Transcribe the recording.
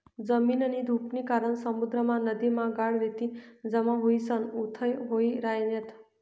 जमीननी धुपनी कारण समुद्रमा, नदीमा गाळ, रेती जमा व्हयीसन उथ्थय व्हयी रायन्यात